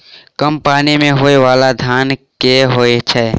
कम पानि मे होइ बाला धान केँ होइ छैय?